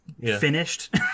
...finished